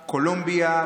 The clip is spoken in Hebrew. קולומביה,